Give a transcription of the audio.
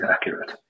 accurate